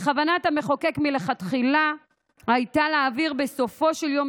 וכוונת המחוקק מלכתחילה הייתה להעביר בסופו של יום